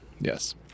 yes